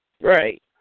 Right